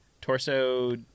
torso